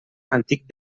antic